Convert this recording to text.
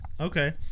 Okay